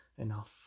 enough